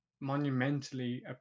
monumentally